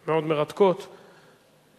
ההצעה להעביר את הנושא לוועדת הכלכלה נתקבלה.